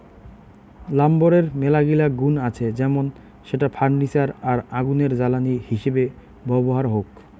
লাম্বরের মেলাগিলা গুন্ আছে যেমন সেটা ফার্নিচার আর আগুনের জ্বালানি হিসেবে ব্যবহার হউক